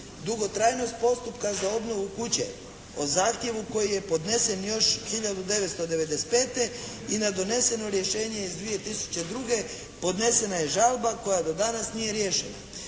dugotrajnost postupka za obnovu kuće, o zahtjevu koji je podnesen još 1995. i na doneseno rješenje iz 2002. podnesena je žalba koja do danas nije riješena.